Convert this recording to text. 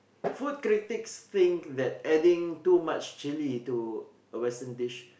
food critics think that adding too much chilly into a western dish